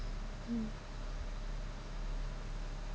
um